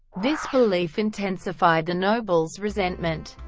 this belief intensified the nobles' resentment.